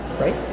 right